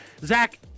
zach